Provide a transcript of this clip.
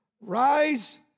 rise